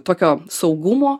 tokio saugumo